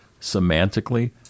semantically